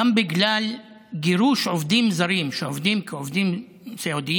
גם בגלל גירוש עובדים זרים שעובדים כעובדי סיעוד,